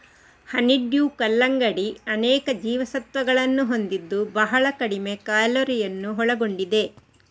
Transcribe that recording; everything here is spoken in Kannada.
ಹನಿಡ್ಯೂ ಕಲ್ಲಂಗಡಿ ಅನೇಕ ಜೀವಸತ್ವಗಳನ್ನು ಹೊಂದಿದ್ದು ಬಹಳ ಕಡಿಮೆ ಕ್ಯಾಲೋರಿಯನ್ನು ಒಳಗೊಂಡಿದೆ